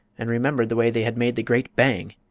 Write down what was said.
and remembered the way they had made the great bang!